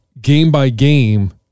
game-by-game